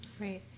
Right